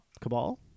cabal